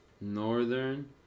Northern